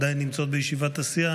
עדיין נמצאות בישיבת הסיעה.